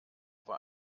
war